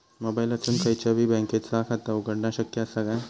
मोबाईलातसून खयच्याई बँकेचा खाता उघडणा शक्य असा काय?